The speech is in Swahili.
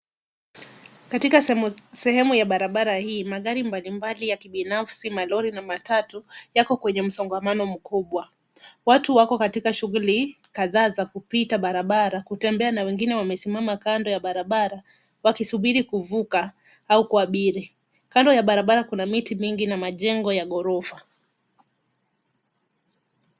Katika sehemu ya barabara hii, magari mbalimbali ya kibinafsi, malori na matatu yako kwenye msongamano mkubwa. Watu wako katika shughuli kadhaa za kupita barabara kutembea na wengine wamesimama kando ya barabara wakisubiri kuvuka au kuabiri. Kando ya barabara kuna miti mingi na majengo ya ghorofa.